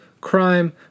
crime